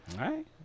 right